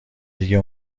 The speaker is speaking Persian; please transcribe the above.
دیگه